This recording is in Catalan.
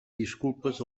disculpes